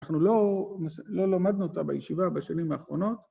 ‫אנחנו לא, לא למדנו אותה בישיבה ‫בשנים האחרונות.